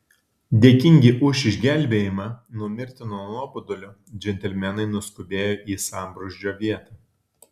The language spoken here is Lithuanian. dėkingi už išgelbėjimą nuo mirtino nuobodulio džentelmenai nuskubėjo į sambrūzdžio vietą